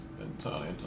Entirely